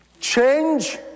Change